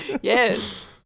Yes